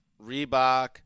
reebok